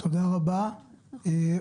תקנים בין-לאומיים מקובלים,